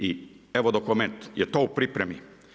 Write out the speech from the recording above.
I evo dokument, je to u pripremi.